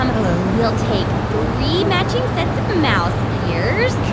um hello we'll take three matching sets of mouse ears.